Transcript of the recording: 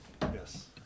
Yes